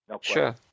Sure